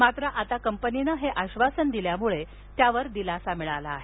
मात्र आता कंपनीनं हे आश्वासन दिल्यामुळे त्यावर दिलासा मिळाला आहे